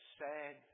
sad